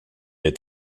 est